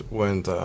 went